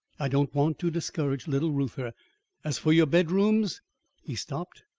i don't want to discourage little reuther. as for your bedrooms he stopped,